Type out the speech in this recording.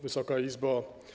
Wysoka Izbo!